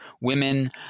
Women